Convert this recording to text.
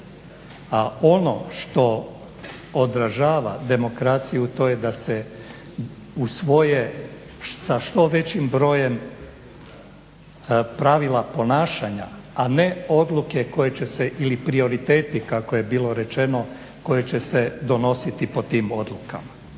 A ono što odražava demokraciju to je da se usvoje sa što većim brojem pravila ponašanja, a ne odluke koje će se ili prioriteti kako je bilo rečeno koji će se donositi po tim odlukama.